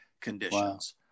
conditions